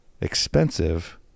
expensive